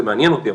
זה מעניין אותי,